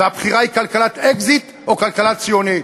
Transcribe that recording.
והבחירה היא כלכלת אקזיט או כלכלה ציונית.